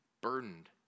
burdened